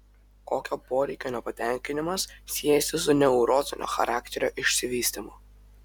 kokio poreikio nepatenkinimas siejasi su neurozinio charakterio išsivystymu